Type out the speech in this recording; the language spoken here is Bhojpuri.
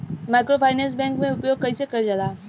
माइक्रोफाइनेंस बैंक के उपयोग कइसे कइल जाला?